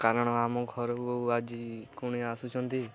କାରଣ ଆମ ଘରକୁ ଆଜି କୁଣିଆ ଆସୁଛନ୍ତି